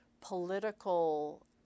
political